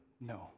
no